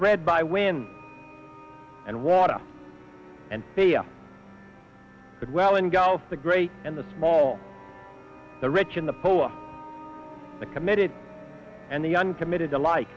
read by wind and water and fear that well engulf the great and the small the rich and the poor the committed and the uncommitted alike